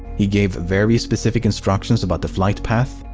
he gave very specific instructions about the flight path.